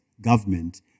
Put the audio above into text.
government